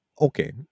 okay